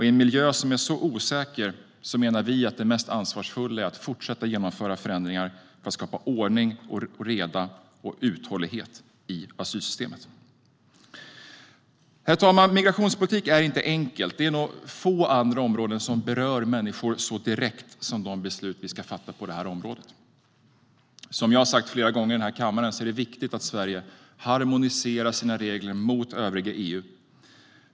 I en miljö som är så osäker menar vi att det mest ansvarsfulla är att fortsätta genomföra förändringar för att skapa ordning, reda och uthållighet i asylsystemet. Herr talman! Migrationspolitik är inte enkelt. Det är nog på få andra områden som människor berörs så direkt av de beslut vi fattar. Som jag har sagt flera gånger i den här kammaren är det viktigt att Sverige harmoniserar sina regler med övriga EU:s.